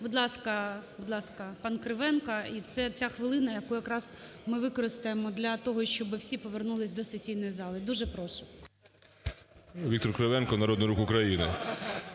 будь ласка, пан Кривенко. І ця хвилина, яку якраз ми використаємо для того, щоби всі повернулись до сесійної зали. Дуже прошу. 17:42:14 КРИВЕНКО В.М. Віктор Кривенко, Народний Рух України.